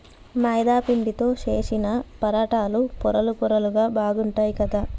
మైదా పిండితో చేశిన పరాటాలు పొరలు పొరలుగా బాగుంటాయ్ కదా